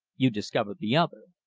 you discover the other.